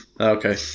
Okay